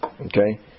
okay